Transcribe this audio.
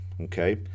okay